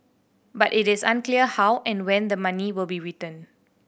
but it is unclear how and when the money will be returned